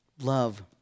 Love